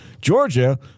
Georgia